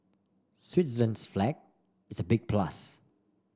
Switzerland's flag is a big plus